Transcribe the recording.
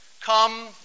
come